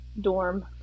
dorm